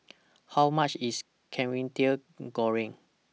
How much IS Kwetiau Goreng